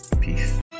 peace